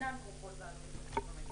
אינן כרוכות בעלות תקציבית.